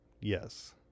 Yes